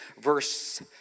verse